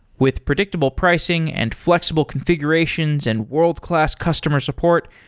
with predictable pricing and flexible configurations and world-class customer support,